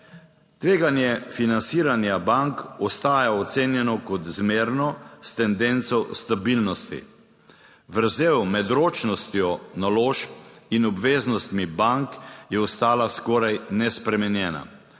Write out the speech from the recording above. Tveganje financiranja bank ostaja ocenjeno kot zmerno s tendenco stabilnosti. Vrzel med ročnostjo naložb in obveznostmi bank je ostala skoraj nespremenjena.